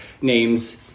names